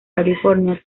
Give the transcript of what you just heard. california